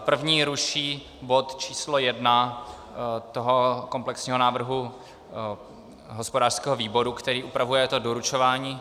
První ruší bod číslo 1 toho komplexního návrhu hospodářského výboru, který upravuje doručování.